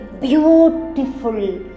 beautiful